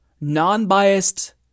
non-biased